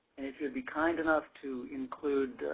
if you would be kind enough to include,